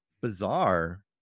bizarre